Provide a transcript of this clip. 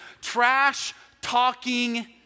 trash-talking